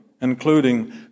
including